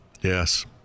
Yes